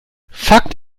fakt